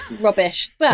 rubbish